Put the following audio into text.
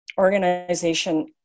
organization